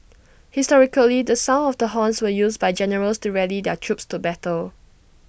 historically the sound of the horns were used by generals to rally their troops to battle